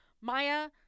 Maya